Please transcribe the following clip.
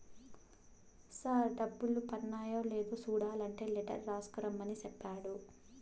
sir డబ్బులు పన్నాయ లేదా సూడలంటే లెటర్ రాసుకు రమ్మని సెప్పాడు